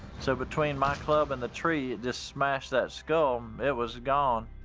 so, between my club and the tree, it just smashed that skull. um it was gone.